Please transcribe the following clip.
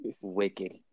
wicked